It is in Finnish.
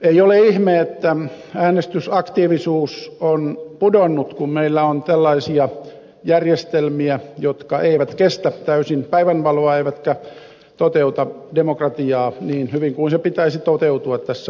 ei ole ihme että äänestysaktiivisuus on pudonnut kun meillä on tällaisia järjestelmiä jotka eivät kestä täysin päivänvaloa eivätkä toteuta demokratiaa niin hyvin kuin sen pitäisi toteutua tässä maassa